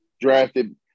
drafted –